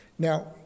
Now